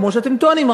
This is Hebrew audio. כמו שאתם טוענים,